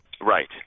Right